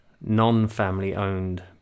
non-family-owned